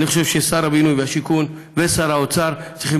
אני חושב ששר הבינוי והשיכון ושר האוצר צריכים